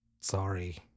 Sorry